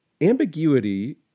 ambiguity